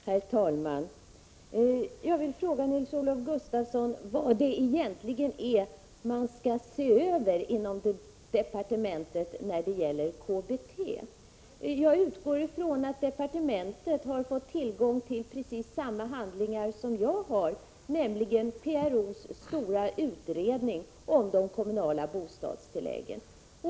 Herr talman! Jag vill fråga Nils-Olof Gustafsson vad det egentligen är som man skall se över inom departementet när det gäller KBT. Jag utgår från att departementet har fått tillgång till exakt samma handlingar som jag, nämligen PRO:s stora utredning om de kommunala bostadstilläggen.